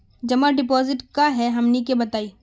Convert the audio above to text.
जमा डिपोजिट का हे हमनी के बताई?